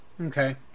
Okay